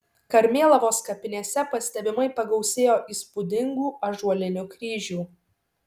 karmėlavos kapinėse pastebimai pagausėjo įspūdingų ąžuolinių kryžių